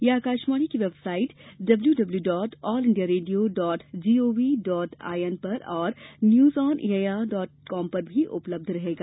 यह आकाशवाणी की website W W W dot All India Radio dot G O V dot I N और news on AIR dot com पर भी उपलब्ध रहेगा